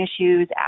issues